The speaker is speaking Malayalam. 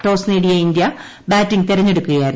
ടോസ് നേടിയ ഇന്ത്യ ബ്ലാറ്റിംഗ് തെരഞ്ഞെടുക്കുകയായിരുന്നു